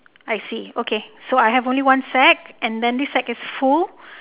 I see okay so I have only one sack and this sack is full